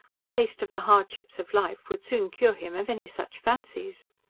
a taste of the hardships of life would soon cure him of any such fancies.